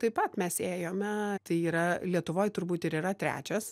taip pat mes ėjome tai yra lietuvoj turbūt ir yra trečias